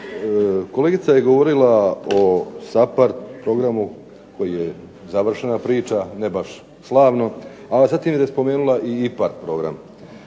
Kolegica je govorila o SAPHARD programu koji je završena priča, ne baš slavno, a zatim je spomenula i IPARD program.